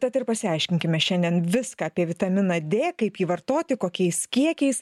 tad ir pasiaiškinkime šiandien viską apie vitaminą d kaip jį vartoti kokiais kiekiais